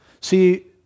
See